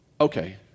Okay